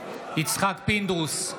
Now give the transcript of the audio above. יצחק פינדרוס,